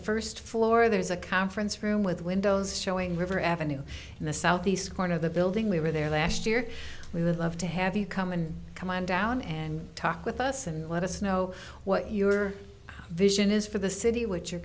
first floor there's a conference room with windows showing river avenue in the southeast corner of the building we were there last year we would love to have you come in come on down and talk with us and let us know what your vision is for the city what your